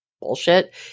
bullshit